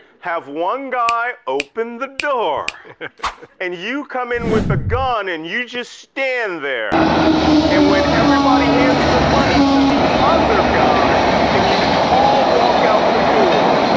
have one guy open the door and you come in with a gun and you just stand there and when everybody hands the money to the other guy and you all walk out the door,